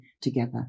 together